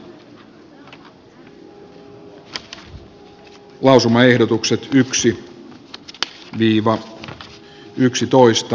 eduskunta on hyväksynyt yleisperustelut mietinnön mukaisina